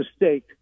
mistake